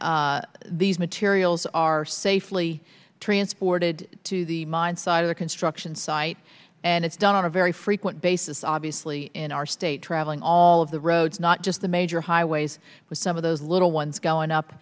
that these materials are safely transported to the mine site of the construction site and it's done on a very frequent basis obviously in our state traveling all of the roads not just the major highways with some of those little ones going up